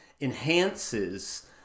enhances